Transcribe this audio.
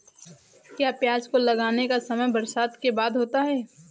क्या प्याज को लगाने का समय बरसात के बाद होता है?